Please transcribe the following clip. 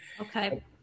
okay